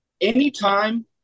anytime